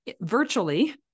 virtually